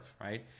right